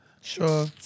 Sure